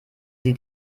sie